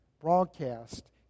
broadcast